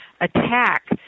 attack